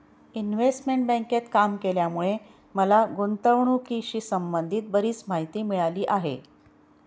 investment बँकेत काम केल्यामुळे मला गुंतवणुकीशी संबंधित बरीच माहिती मिळाली आहे